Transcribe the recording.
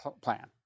plan